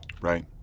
Right